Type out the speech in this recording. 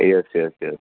yes yes